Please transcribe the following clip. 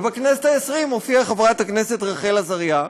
ובכנסת העשרים הופיעה חברת הכנסת רחל עזריה,